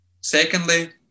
Secondly